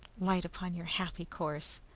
light upon your happy course!